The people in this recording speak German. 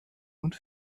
und